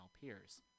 peers